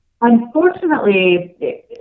unfortunately